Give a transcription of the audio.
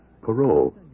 parole